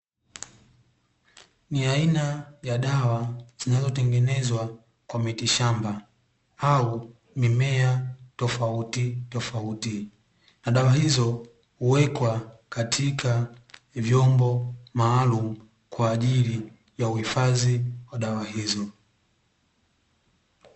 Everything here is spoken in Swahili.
Ni aina ya dawa, zinazotengenezwa kwa miti shamba ya mimea tofautitofauti, na dawa hizo huwekwa katika vyombo maalumu kwa ajili ya uhifadhi wa dawa hizo.